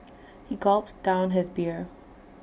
he gulped down his beer